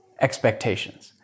expectations